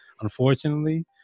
unfortunately